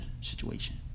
situation